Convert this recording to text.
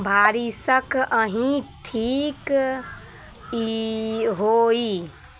भरीसक ही ठीक ई होइ